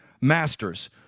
Masters